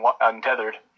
untethered